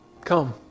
Come